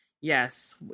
Yes